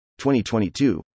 2022